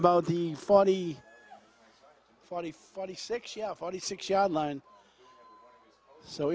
about the forty forty forty six forty six yard line so